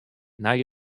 nei